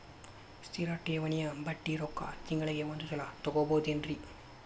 ಸ್ಥಿರ ಠೇವಣಿಯ ಬಡ್ಡಿ ರೊಕ್ಕ ತಿಂಗಳಿಗೆ ಒಂದು ಸಲ ತಗೊಬಹುದೆನ್ರಿ?